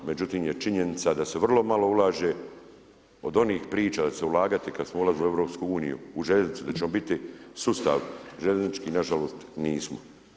Međutim je činjenica da se vrlo malo ulaže od onih priča da će se ulagati kad smo ulazili u EU, u željeznicu da ćemo biti sustav željeznički, nažalost nismo.